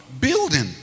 building